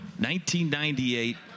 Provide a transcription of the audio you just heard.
1998